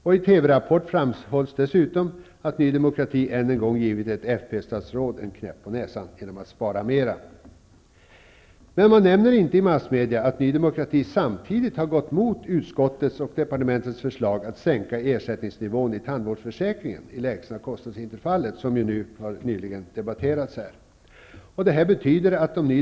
I TV:s Rapport framhålls dessutom att Ny demokrati genom att föreslå en större besparing än en gång givit ett fp-statsråd en knäpp på näsan. Man nämner däremot inte i massmedia att Ny demokrati samtidigt har gått emot utskottets och departementets förslag om en sänkning av ersättningsnivån i tandvårdsförsäkringen i lägsta kostnadsintervallet, som ju nyligen har debatterats här i kammaren.